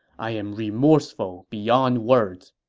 i am remorseful beyond words.